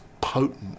potent